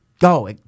Go